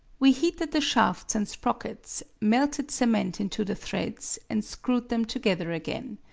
we heated the shafts and sprockets, melted cement into the threads, and screwed them together again.